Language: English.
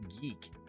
Geek